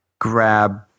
grab